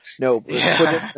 no